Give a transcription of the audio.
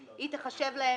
לא שזה מעניין אותי בכלל,